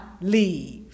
leave